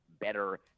better